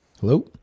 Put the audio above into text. Hello